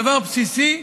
דבר בסיסי.